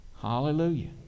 Hallelujah